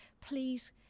Please